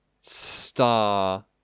star